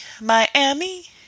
Miami